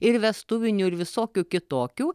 ir vestuvinių ir visokių kitokių